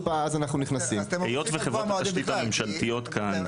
היות וחברות התשתית הממשלתיות כאן,